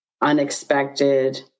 unexpected